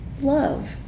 love